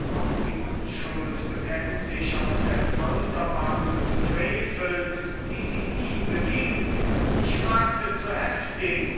lügst auch die unschuld bekennt sich auf der folterbank zu freveln die sie nie beging ich fragte zu heftig